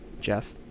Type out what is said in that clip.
Jeff